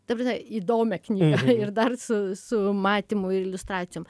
ta prasme įdomią knygą ir dar su su matymu ir iliustracijom